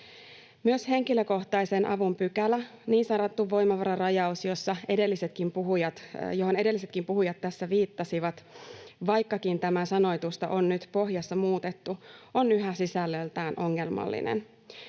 Myös henkilökohtaisen avun pykälä, niin sanottu voimavararajaus, johon edellisetkin puhujat tässä viittasivat: vaikkakin tämän sanoitusta on nyt pohjassa muutettu, on se yhä sisällöltään ongelmallinen.